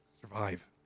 survive